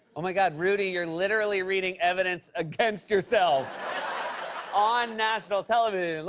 oh, my god. rudy, you're literally reading evidence against yourself on national television. look,